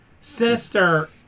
Sinister